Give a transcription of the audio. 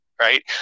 Right